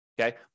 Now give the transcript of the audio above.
Okay